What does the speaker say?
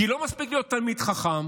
כי לא מספיק להיות תלמיד חכם